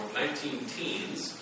19-teens